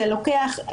זה לוקח,